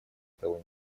того